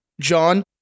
John